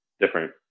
different